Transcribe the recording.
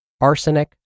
arsenic